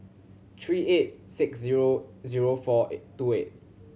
three eight six zero zero four eight two eight